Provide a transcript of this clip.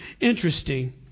interesting